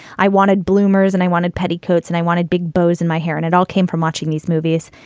i wanted bloomers and i wanted petticoats and i wanted big bows in my hair. and it all came from watching these movies.